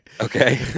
Okay